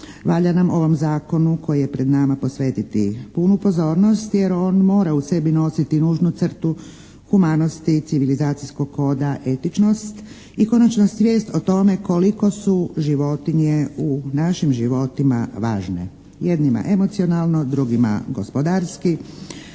valja nam ovom zakonu koji je pred nama posvetiti punu pozornost jer on mora u sebi nositi nužnu crtu humanosti, civilizacijskog koda, etičnost i konačno svijest o tome koliko su životinje u našim životima važne. Jednima emocionalno, drugima gospodarski,